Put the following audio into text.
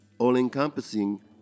all-encompassing